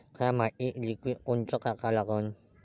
थ्या मातीत लिक्विड कोनचं टाका लागन?